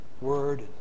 word